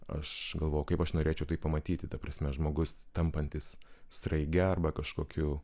aš galvojau kaip aš norėčiau tai pamatyti ta prasme žmogus tampantis sraige arba kažkokiu